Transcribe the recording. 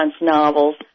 novels